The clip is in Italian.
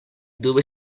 dove